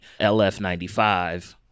LF95